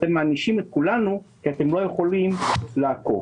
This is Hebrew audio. אתם מענישים את כולנו כי אתם לא יכולים לאכוף.